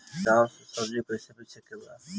गांव से कैसे सब्जी बेचे के बा?